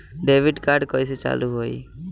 Debit card कइसे चालू होई?